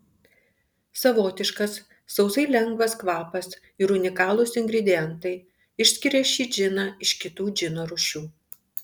savotiškas sausai lengvas kvapas ir unikalūs ingredientai išskiria šį džiną iš kitų džino rūšių